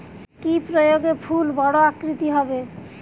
কি প্রয়োগে ফুল বড় আকৃতি হবে?